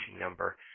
number